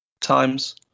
times